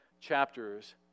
chapters